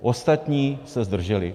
Ostatní se zdrželi.